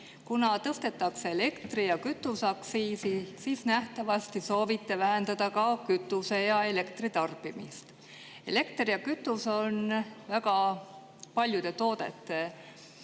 Kuna tõstetakse ka elektri- ja kütuseaktsiisi, siis nähtavasti soovite vähendada ka nende tarbimist. Elekter ja kütus on väga paljude toodete